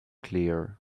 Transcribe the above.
clear